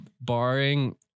barring